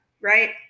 right